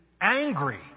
angry